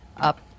up